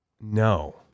no